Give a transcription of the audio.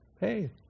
hey